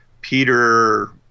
Peter